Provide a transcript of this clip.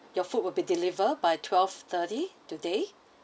your food will be delivered by twelve thirty today